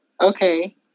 Okay